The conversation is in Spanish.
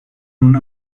una